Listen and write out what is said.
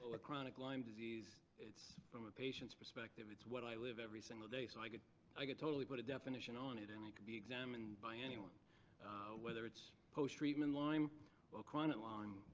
like chronic lyme disease, it's from a patient's perspective, it's what i live every single day. so i could i could totally put a definition on it and it could be examined by anyone whether it's post-treatment lyme or chronic lyme,